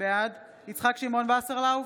בעד יצחק שמעון וסרלאוף,